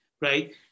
right